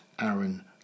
Aaron